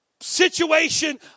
situation